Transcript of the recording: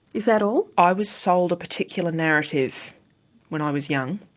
is that all? i was sold a particular narrative when i was young,